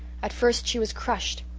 at first she was crushed.